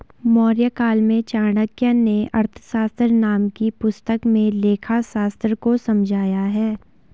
मौर्यकाल में चाणक्य नें अर्थशास्त्र नाम की पुस्तक में लेखाशास्त्र को समझाया है